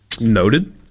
Noted